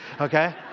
okay